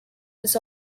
this